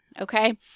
Okay